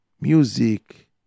music